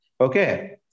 okay